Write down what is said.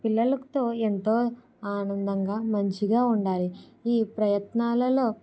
పిల్లలతో ఎంతో ఆనందంగా మంచిగా ఉండాలి ఈ ప్రయత్నాలలో